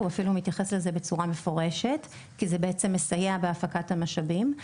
הוא אפילו מתייחס לזה בצורה מפורשת כי זה בעצם מסייע בהפקת המשאבים.